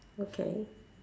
okay